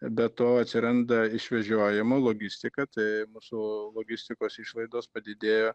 be to atsiranda išvežiojimo logistika tai mūsų logistikos išlaidos padidėjo